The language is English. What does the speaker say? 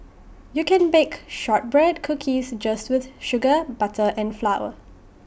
you can bake Shortbread Cookies just with sugar butter and flour